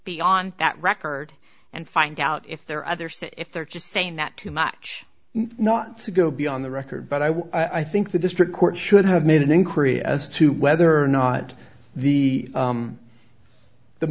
beyond that record and find out if there are other so if they're just saying that too much not to go beyond the record but i would i think the district court should have made an inquiry as to whether or not the the the